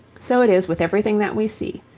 so it is with everything that we see.